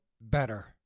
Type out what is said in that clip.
better